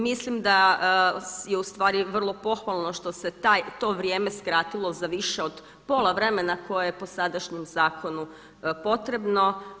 Mislim da je ustvari vrlo pohvalno što se to vrijeme skratilo za više od pola vremena koje je po sadašnjem zakonu potrebno.